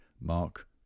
Mark